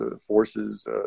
forces